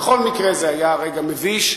בכל מקרה זה היה רגע מביש,